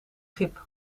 schip